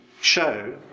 show